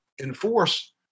enforce